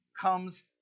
comes